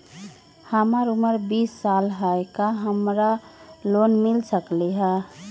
हमर उमर बीस साल हाय का हमरा लोन मिल सकली ह?